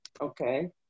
okay